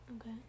Okay